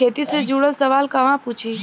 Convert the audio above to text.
खेती से जुड़ल सवाल कहवा पूछी?